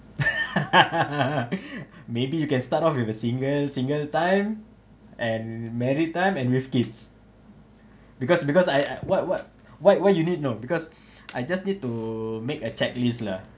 maybe you can start off with a single single time and married time and with kids because because I what what what what you need you know because I just need to make a checklist lah